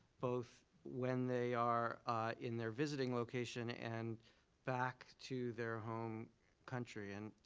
both when they are in their visiting location, and back to their home country. and